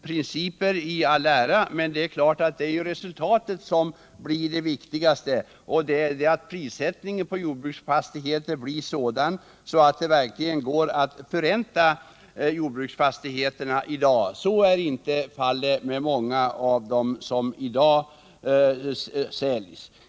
Principer i alla ära, men det är resultatet som är det viktiga, och i det här fallet gäller det att prissättningen på jordbruksfastigheter blir sådan att det verkligen går att förränta dem i dag. Så är nämligen inte fallet med många av de jordbruksfastigheter som f. n. säljs.